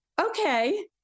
okay